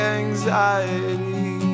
anxiety